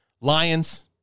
Lions